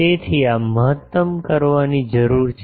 તેથી આ મહત્તમ કરવાની જરૂર છે